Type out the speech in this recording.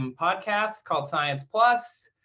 um podcast called science plus,